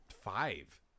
five